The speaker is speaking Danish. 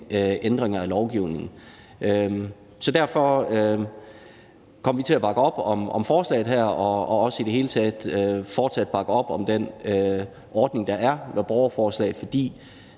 ændringer af lovgivningen. Så derfor kommer vi til at bakke op om forslaget her. I det hele taget vil vi fortsat bakke op om den ordning med borgerforslag, der